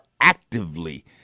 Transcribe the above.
actively